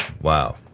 Wow